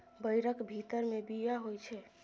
बैरक भीतर मे बीया होइ छै